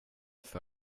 för